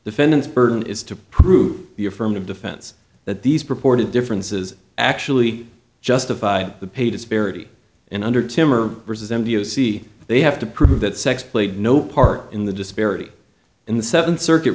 defendant's burden is to prove the affirmative defense that these purported differences actually justify the pay disparity and under timur resent you see they have to prove that sex played no part in the disparity in the seventh circuit